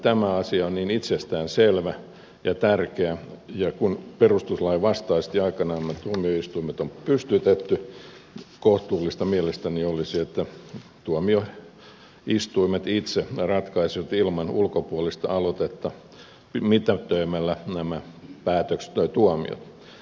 tämä asia on niin itsestään selvä ja tärkeä ja kun perustuslain vastaisesti aikanaan nämä tuomioistuimet on pystytetty että kohtuullista mielestäni olisi että tuomioistuimet itse ratkaisisivat tämän ilman ulkopuolista aloitetta mitätöimällä nämä tuomiot